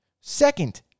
Second